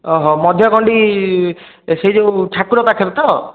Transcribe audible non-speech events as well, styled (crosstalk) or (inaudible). ଓହଃ (unintelligible) ସେଇ ଯେଉଁ ଠାକୁର ପାଖରେ ତ